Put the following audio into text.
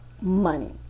money